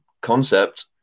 concept